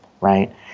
Right